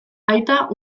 aita